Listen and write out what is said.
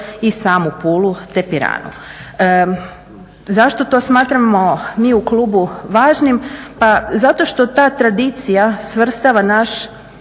i samu Pulu te Piranu. Zašto to smatramo mi u klubu važnim, pa zato što ta tradicija svrstava naš